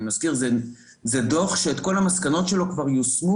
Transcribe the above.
אני מזכיר: זה דוח שכל המסקנות שלו כבר יושמו,